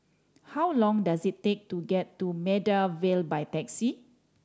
how long does it take to get to Maida Vale by taxi